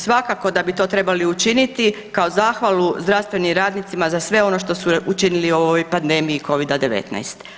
Svakako da bi to trebali učiniti kao zahvalu zdravstvenim radnicima za sve ono što su učinili u ovoj pandemiji Covida-19.